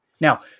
Now